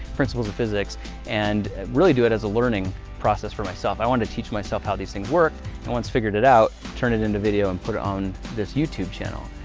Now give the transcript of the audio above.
principles of physics and really do it as a learning process for myself. i wanted to teach myself how these things work and, once figured it out, turn it into video and put it on this youtube channel.